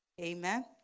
Amen